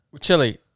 Chili